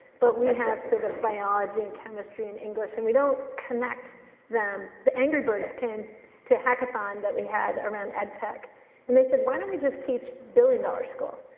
but we have sort of biology and chemistry and english and we don't connect them. the angry birds came to hackathon that we had around ed tech and they said why don't we just teach billion dollar school,